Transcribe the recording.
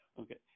Okay